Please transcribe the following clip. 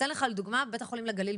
אני אתן לך כדוגמה את בית החולים בנהריה,